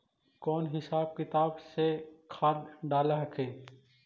कौन हिसाब किताब से खदबा डाल हखिन?